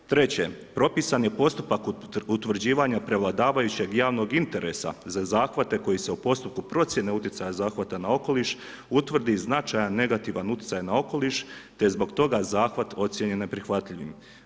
Treće, propisan je postupak utvrđivanja prevladavajućeg javnog interesa, za zahvate koji se u postupku procjene utjecaja zahvata na okoliš, utvrdi značajan negativan utjecaj na okoliš, te zbog toga zahvat ocjenjen je neprihvatljivim.